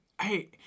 hey